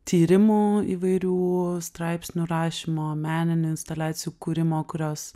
tyrimų įvairių straipsnių rašymo meninių instaliacijų kūrimo kurios